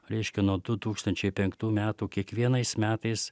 reiškia nuo du tūkstančiai penktų metų kiekvienais metais